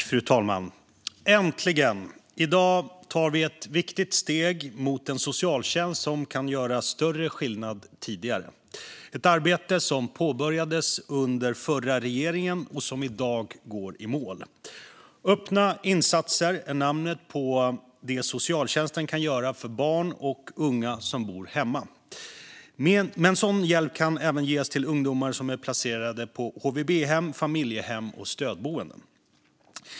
Fru talman! Äntligen! I dag tar vi ett viktigt steg mot en socialtjänst som kan göra större skillnad tidigare. Detta arbete påbörjades under förra regeringen och går i dag i mål. Öppna insatser är namnet på det socialtjänsten kan göra för barn och unga som bor hemma. Sådan hjälp kan även ges till ungdomar som är placerade i HVB-hem, familjehem eller stödboende.